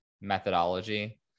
methodology